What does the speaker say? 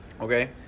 Okay